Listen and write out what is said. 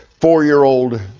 four-year-old